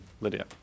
Lydia